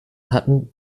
hatten